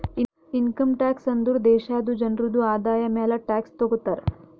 income tax ಅಂದುರ್ ದೇಶಾದು ಜನ್ರುದು ಆದಾಯ ಮ್ಯಾಲ ಟ್ಯಾಕ್ಸ್ ತಗೊತಾರ್